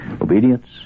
Obedience